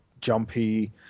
jumpy